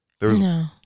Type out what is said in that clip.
No